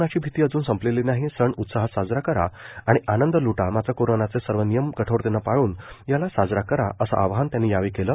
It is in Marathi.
कोरोनाची भीती अजून संपलेली नाही सण उत्साहात साजरा करा आणि आनंद ल्टा मात्र कोरोनाचे सर्व नियम कठोरतेनं पाळून याला साजरा करा असं आवाहन त्यांनी यावेळी केलं